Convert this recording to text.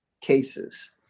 cases